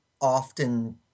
often